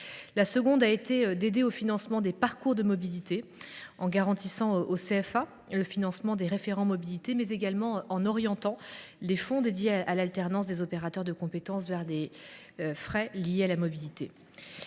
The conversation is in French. La seconde a consisté à aider au financement des parcours de mobilité, en garantissant aux CFA le financement des référents mobilité, mais également en orientant les fonds dédiés à l’alternance des opérateurs de compétences vers les frais liés à la mobilité.